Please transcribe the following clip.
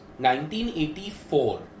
1984